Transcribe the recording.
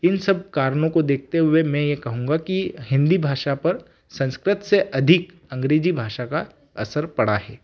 इन सब कारणों को देखते हुए मैं ये कहूँगा कि हिंदी भाषा पर संस्कृत से अधिक अंग्रेजी भाषा का असर पड़ा है